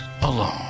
alone